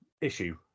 issue